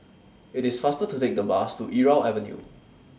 IT IS faster to Take The Bus to Irau Avenue